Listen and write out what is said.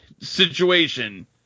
situation